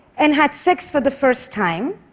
and had sex for the first time.